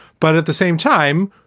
but at the same time.